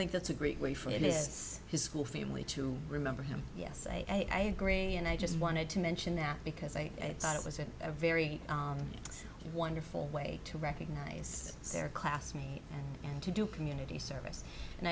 think that's a great way for this his school family to remember him yes i agree and i just wanted to mention that because i thought it was a very wonderful way to recognize their classmates and to do community service and